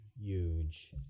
huge